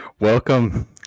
welcome